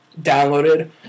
downloaded